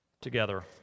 together